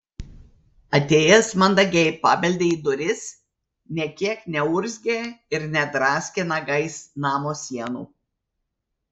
atėjęs mandagiai pabeldė į duris nė kiek neurzgė ir nedraskė nagais namo sienų